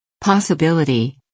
Possibility